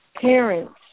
parents